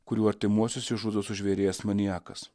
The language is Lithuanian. kurių artimuosius išžudo sužvėrėjęs maniakas